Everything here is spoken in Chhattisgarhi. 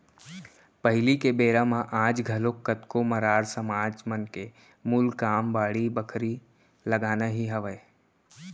पहिली के बेरा म आज घलोक कतको मरार समाज मन के मूल काम बाड़ी बखरी लगाना ही हावय